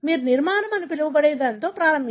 మీరు నిర్మాణం అని పిలవబడే దానితో ప్రారంభించండి